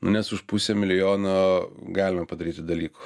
nu nes už pusę milijono galima padaryti dalykų